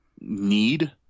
need